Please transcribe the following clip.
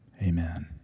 Amen